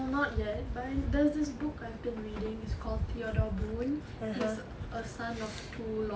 no not yet by there's this book I've been reading is called Theodore Boon he's a son of